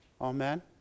Amen